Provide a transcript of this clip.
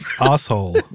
asshole